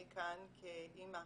אני כאן כאימא